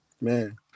Man